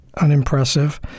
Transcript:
unimpressive